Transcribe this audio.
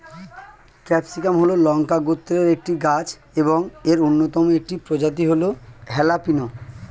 capsicum হল লঙ্কা গোত্রের একটি গাছ এবং এর অন্যতম একটি প্রজাতি হল হ্যালাপিনো